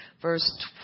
verse